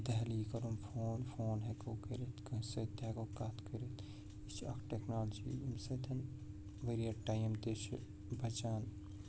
دہلی کَرُن phone phone ہٮ۪کو کٔرِتھ کٲنٛسہِ سۭتۍ تہِ ہٮ۪کو کَتھ کٔرِتھ یہِ چھِ اَکھ ٹٮ۪کنالجی ییٚمہِ سۭتٮ۪ن واریاہ ٹایم تہِ چھِ بَچان